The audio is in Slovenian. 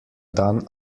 dan